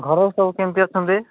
ଘରରେ ସବୁ କେମିତି ଅଛନ୍ତି